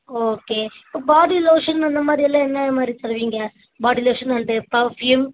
okay இப்போ body lotion அந்த மாதிரியெல்லாம் என்னமாதிரி தருவீங்க பாடி லோஷன் அண்டு பர்ஃப்யூம்